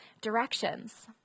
directions